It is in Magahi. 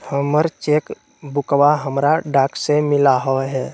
हमर चेक बुकवा हमरा डाक से मिललो हे